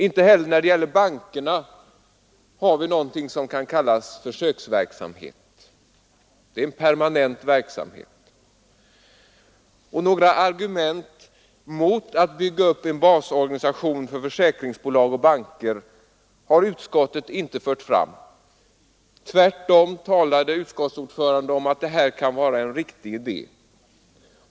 Inte heller när det gäller bankerna har vi någonting som kan kallas försöksverksamhet. Det är en permanent verksamhet. Och några argument mot att bygga upp en basorganisation för försäkringsbolag och banker har utskottet inte fört fram. Tvärtom talade utskottsordföranden om att detta kan vara en riktig idé.